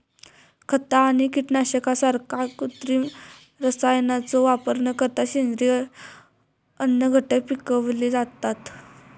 खता आणि कीटकनाशकांसारख्या कृत्रिम रसायनांचो वापर न करता सेंद्रिय अन्नघटक पिकवले जातत